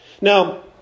Now